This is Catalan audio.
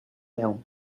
veu